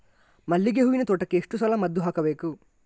ಮಲ್ಲಿಗೆ ಹೂವಿನ ತೋಟಕ್ಕೆ ಎಷ್ಟು ಸಲ ಮದ್ದು ಹಾಕಬೇಕು?